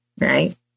right